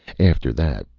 after that,